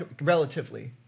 relatively